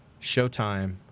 Showtime